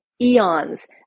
eons